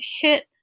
hit